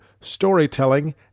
storytelling